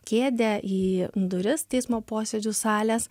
kėdę į duris teismo posėdžių salės